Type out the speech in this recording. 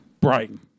Brighton